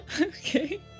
Okay